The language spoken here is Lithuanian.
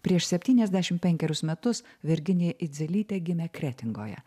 prieš septyniasdešim penkerius metus virginija idzelytė gimė kretingoje